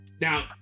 now